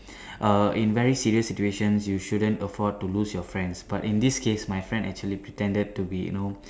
err in very serious situations you shouldn't afford to lose your friends but in this case my friend actually pretended to be you know